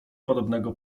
podobnego